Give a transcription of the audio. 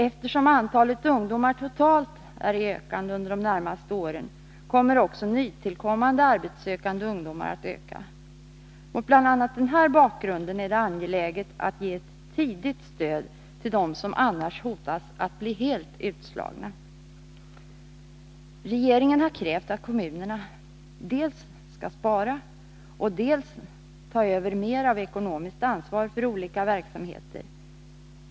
Eftersom antalet ungdomar totalt är i ökande under de närmaste åren kommer också antalet nytillkommande arbetssökande ungdomar att öka. Mot bl.a. denna bakgrund är det angeläget att ge ett tidigt stöd till dem som annars hotas att bli helt utslagna. Regeringen har krävt att kommunerna skall dels spara, dels ta över mer av ekonomiskt ansvar för olika verksamheter.